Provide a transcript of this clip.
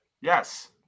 yes